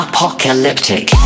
Apocalyptic